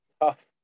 tough